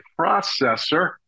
processor